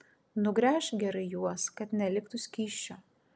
nugręžk gerai juos kad neliktų skysčio